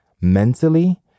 mentally